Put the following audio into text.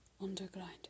underground